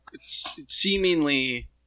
seemingly